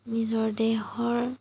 নিজৰ দেহৰ